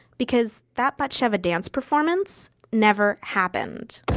because that batsheva dance performance never happened